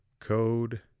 code